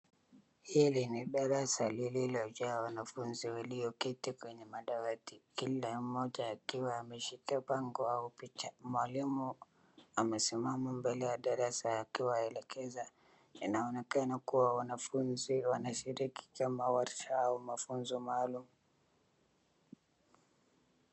Hili ni darasa liliojaa wanafunzi walioketi kwenye madawati, kila mmoja akiwa ameshika bango au picha. Mwalimu amesimama mbele ya darasa akiwaelekeza, inaonekana kuwa wanafunzi wanashiriki kama warsha au mafunzo maalum.